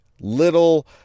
little